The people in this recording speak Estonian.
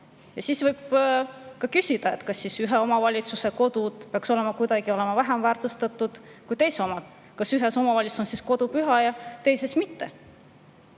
Siis võib ka küsida, kas siis ühe omavalitsuse kodud peaks olema kuidagi vähem väärtustatud kui teise omad. Kas ühes omavalitsuses on kodu püha ja teises mitte?